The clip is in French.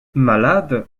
malade